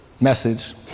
message